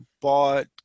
bought